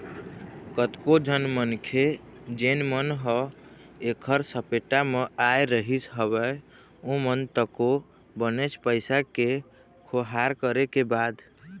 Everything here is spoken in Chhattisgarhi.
कतको झन मनखे जेन मन ह ऐखर सपेटा म आय रिहिस हवय ओमन तको बनेच पइसा के खोहार करे के बाद